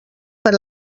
per